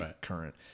current